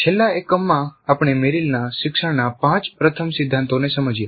છેલ્લા એકમમાં આપણે મેરિલના શિક્ષણના પાંચ પ્રથમ સિદ્ધાંતોને સમજ્યા